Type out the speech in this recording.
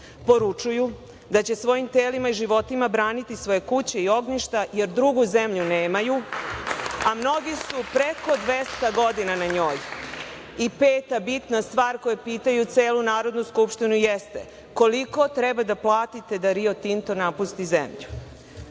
Poručuju da će svojim telima i životima braniti svoje kuće i ognjišta, jer drugu zemlju nemaju, a mnogi su preko 200 godina na njoj i peta, bitna stvar, koja pitaju celu Narodu skupštinu jeste – koliko treba da platite da Rio Tinto napusti